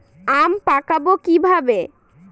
আম পাকাবো কিভাবে?